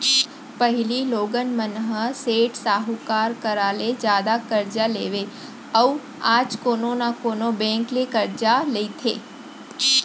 पहिली लोगन मन ह सेठ साहूकार करा ले जादा करजा लेवय अउ आज कोनो न कोनो बेंक ले करजा लेथे